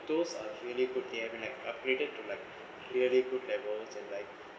those are really good they have been like upgraded to like really good levels and like